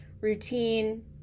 routine